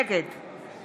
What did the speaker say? נגד